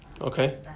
Okay